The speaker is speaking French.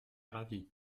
ravie